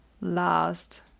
Last